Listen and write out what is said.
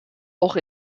auch